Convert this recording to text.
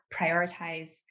prioritize